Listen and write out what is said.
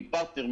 מפרטנר,